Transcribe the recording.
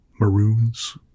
Maroons